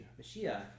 Mashiach